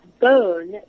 bone